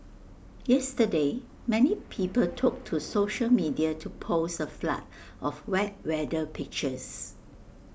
yesterday many people took to social media to post A flood of wet weather pictures